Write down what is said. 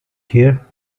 here